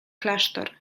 klasztor